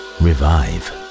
revive